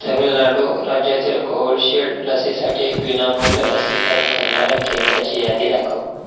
तमिलनाडू राज्याच्या कोविडशिल्ड लसीसाठी विनामूल्य लसीकरण करणाऱ्या केंद्राची यादी दाखव